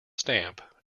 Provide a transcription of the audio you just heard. stamp